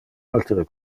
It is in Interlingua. altere